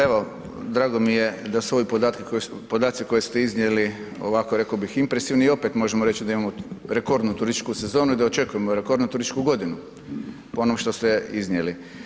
Evo drago mi je da su ovi podaci koje ste iznijeli ovako rekao bih impresivni i opet možemo reći da imamo rekordnu turističku sezonu i da očekujemo rekordnu turističku godinu po onom što ste iznijeli.